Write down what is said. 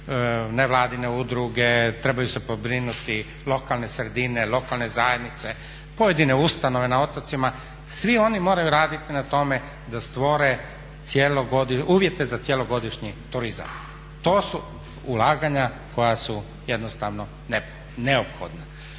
nevladine udruge, trebaju se pobrinuti lokalne sredine, lokalne zajednice, pojedine ustanove na otocima. Svi oni moraju raditi na tome da stvore uvjete za cjelogodišnji turizam. To su ulaganja koja su jednostavno neophodna.